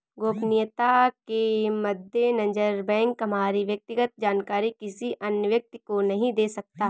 गोपनीयता के मद्देनजर बैंक हमारी व्यक्तिगत जानकारी किसी अन्य व्यक्ति को नहीं दे सकता